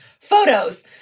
photos